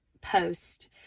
post